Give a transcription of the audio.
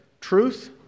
truth